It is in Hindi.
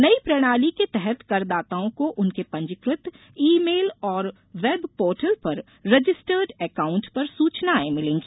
नई प्रणाली के तहत कर दाताओं को उनके पंजीकृत ई मेल और वेबपोर्टल पर रजिस्टर्ड एकाउंट पर सूचनाएं मिलेंगी